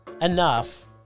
enough